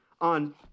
on